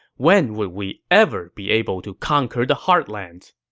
when would we ever be able to conquer the heartlands?